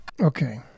okay